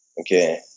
okay